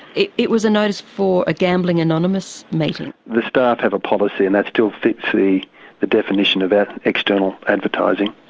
it it was a notice for a gambling anonymous meeting. the staff have a policy and that still fits the the definition of external advertising.